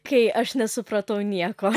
kai aš nesupratau nieko